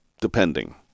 depending